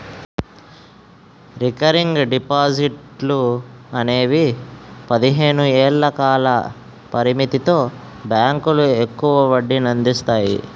recurring డిపాజిట్లు అనేవి పదిహేను ఏళ్ల కాల పరిమితితో బ్యాంకులు ఎక్కువ వడ్డీనందిస్తాయి